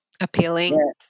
Appealing